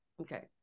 Okay